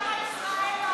לא שאלתי למה ישראל לא,